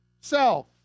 self